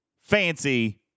Fancy